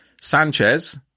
Sanchez